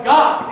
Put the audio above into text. God